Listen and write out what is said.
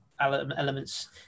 elements